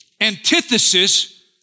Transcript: antithesis